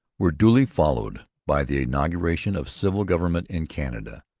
were duly followed by the inauguration of civil government in canada.